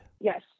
Yes